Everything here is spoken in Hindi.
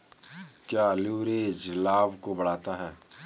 क्या लिवरेज लाभ को बढ़ाता है?